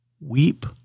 Weep